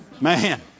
Man